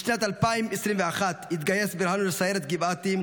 בשנת 2021 התגייס ברהנו לסיירת גבעתי.